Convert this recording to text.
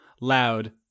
loud